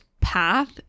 path